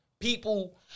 people